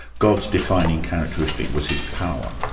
god's defining characteristic was his power.